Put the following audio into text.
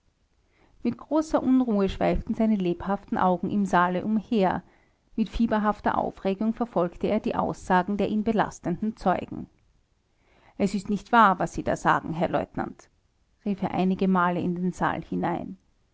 mit großer unruhe schweiften seine lebhaften augen im saale umher mit fieberhafter aufregung verfolgte er die aussagen der ihn belastenden zeugen es ist nicht wahr was sie da sagen herr leutnant rief er einige male in den saal hinein